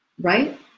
right